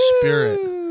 spirit